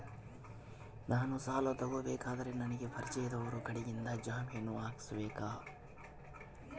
ನಾನು ಸಾಲ ತಗೋಬೇಕಾದರೆ ನನಗ ಪರಿಚಯದವರ ಕಡೆಯಿಂದ ಜಾಮೇನು ಹಾಕಿಸಬೇಕಾ?